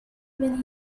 when